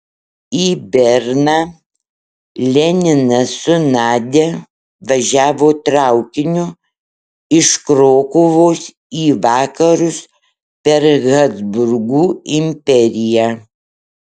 į berną leninas su nadia važiavo traukiniu iš krokuvos į vakarus per habsburgų imperiją